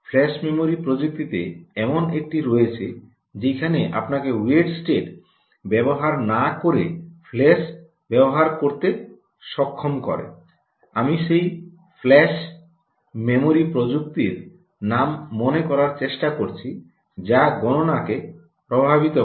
flash memory প্রযুক্তিতে এমন একটি রয়েছে যেখানে আপনাকে ওয়েট স্টেট ব্যবহার না করেই ফ্ল্যাশ ব্যবহার করতে সক্ষম করে আমি সেই ফ্ল্যাশ ফ্ল্যাশ মেমোরি প্রযুক্তির নাম মনে করার চেষ্টা করছি যা গণনা কে প্রভাবিত করে